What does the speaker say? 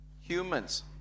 humans